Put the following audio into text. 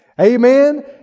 Amen